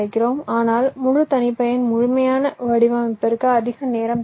ஆனால் முழு தனிப்பயன் முழுமையான வடிவமைப்பிற்கு அதிக நேரம் தேவைப்படும்